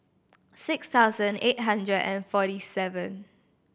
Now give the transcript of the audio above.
six thousand eight hundred and forty seven